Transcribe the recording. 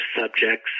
subjects